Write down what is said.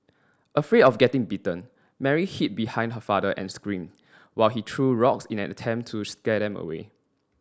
afraid of getting bitten Mary hid behind her father and screamed while he threw rocks in an attempt to scare them away